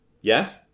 Yes